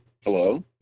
Hello